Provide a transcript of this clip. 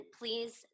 please